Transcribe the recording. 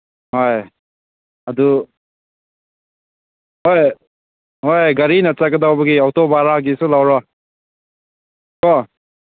ꯍꯣꯏ ꯑꯗꯨ ꯍꯣꯏ ꯍꯣꯏ ꯒꯥꯔꯤꯅ ꯆꯠꯀꯗꯧꯕꯒꯤ ꯑꯣꯇꯣ ꯚꯥꯔꯥꯒꯤꯁꯨ ꯂꯧꯔꯣ ꯀꯣ